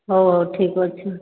ହେଉ ହେଉ ଠିକ ଅଛି